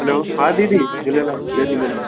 hello हा दीदी झूलेलाल जय झूलेलाल